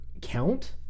count